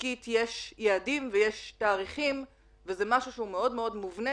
עסקית יש יעדים ותאריכים וזה משהו מאוד מובנה